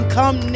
come